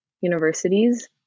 universities